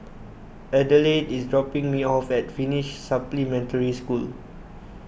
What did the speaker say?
Adelaide is dropping me off at Finnish Supplementary School